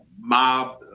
mob